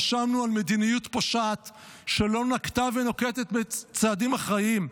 אשמנו על מדיניות פושעת שלא נקטה ונוקטת צעדים אחראיים,